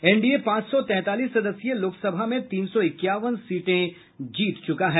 NDA पांच सौ तैंतालीस सदस्यीय लोकसभा में तीन सौ इक्यावन सीटें जीत ली हैं